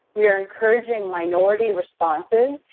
we are encouraging minority responses,